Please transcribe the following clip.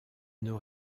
nos